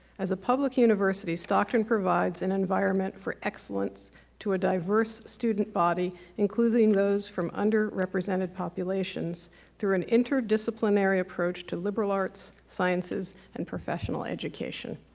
as a public university stockton provides an environment for excellence to a diverse student body including those from underrepresented populations through an interdisciplinary approach to liberal arts sciences and professional education.